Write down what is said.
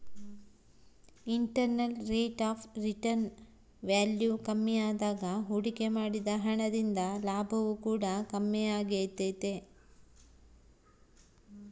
internal rate of return value ಕಮ್ಮಿಯಾದಾಗ ಹೂಡಿಕೆ ಮಾಡಿದ ಹಣ ದಿಂದ ಲಾಭವು ಕೂಡ ಕಮ್ಮಿಯಾಗೆ ತೈತೆ